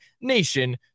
nation